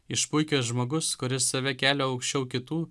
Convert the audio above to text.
išpuikęs žmogus kuris save kelia aukščiau kitų